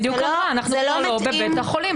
היא בדיוק אמרה אנחנו כבר לא בבית החולים,